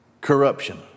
corruption